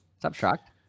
Subtract